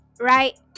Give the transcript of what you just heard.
right